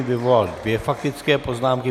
Vyvolal dvě faktické poznámky.